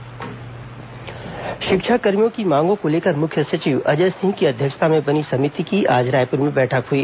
शिक्षाकर्मी बैठक शिक्षाकर्मियों की मांगों को लेकर मुख्य सचिव अजय सिंह की अध्यक्षता में बनी समिति की आज रायपुर में बैठक हुई